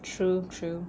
true true